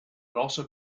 also